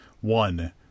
One